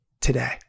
today